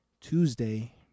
Tuesday